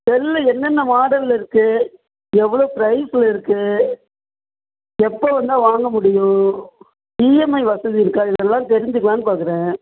cell என்னென்ன மாடலில் இருக்குது எவ்வளோ பிரைஸில் இருக்குது எப்போ வந்தால் வாங்க முடியும் இஎம்ஐ வசதி இருக்கா இதெல்லாம் தெரிஞ்சுக்கிலான்னு பார்க்கறேன்